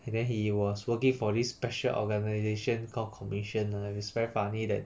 and then he was working for this special organisation called commission lah it's very funny that